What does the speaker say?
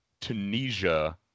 Tunisia